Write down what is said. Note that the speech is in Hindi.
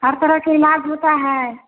हर तरह का इलाज होता है